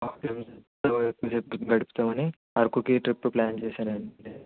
చెప్పేసి ఎక్కువ సేపు గడుపుదామని అరకుకి ఈ ట్రిప్ ప్లాన్ చేసానండి